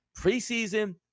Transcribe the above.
preseason